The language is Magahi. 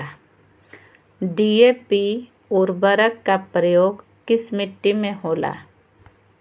डी.ए.पी उर्वरक का प्रयोग किस मिट्टी में होला?